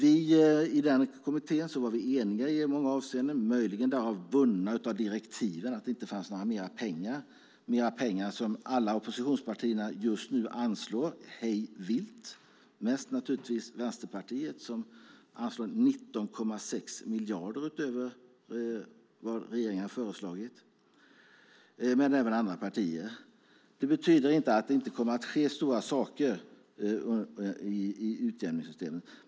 I den kommittén var vi eniga i många avseenden, möjligen eftersom vi var bundna av direktiven, att det inte fanns mer pengar, som alla oppositionspartier just nu anslår hej vilt, mest naturligtvis Vänsterpartiet, som anslår 19,6 miljarder utöver vad regeringen har föreslagit. Det betyder inte att det inte kommer att ske stora saker i utjämningssystemet.